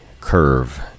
curve